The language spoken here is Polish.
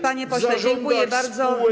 Panie pośle, dziękuję bardzo.